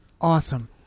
Awesome